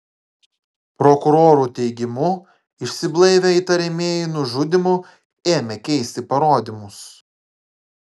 prokurorų teigimu išsiblaivę įtariamieji nužudymu ėmė keisti parodymus